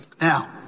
Now